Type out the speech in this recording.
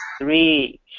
three